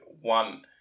one